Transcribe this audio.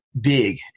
big